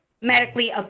medically